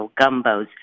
Gumbos